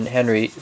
Henry